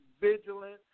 vigilant